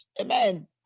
Amen